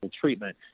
treatment